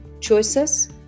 choices